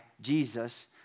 Jesus